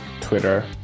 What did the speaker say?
Twitter